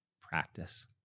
Practice